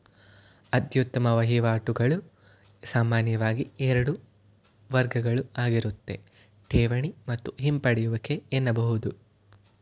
ಅತ್ಯುತ್ತಮ ವಹಿವಾಟುಗಳು ಸಾಮಾನ್ಯವಾಗಿ ಎರಡು ವರ್ಗಗಳುಆಗಿರುತ್ತೆ ಠೇವಣಿ ಮತ್ತು ಹಿಂಪಡೆಯುವಿಕೆ ಎನ್ನಬಹುದು